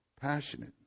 passionate